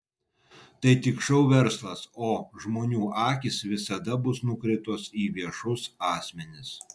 tai tik šou verslas o žmonių akys visada bus nukreiptos į viešus asmenis